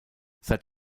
seit